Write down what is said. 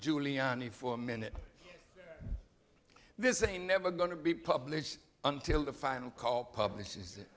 giuliani for a minute this ain't never going to be published until the final call publishes